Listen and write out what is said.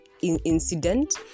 incident